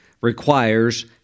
requires